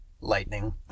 lightning